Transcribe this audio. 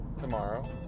tomorrow